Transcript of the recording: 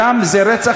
גם אם זה רצח,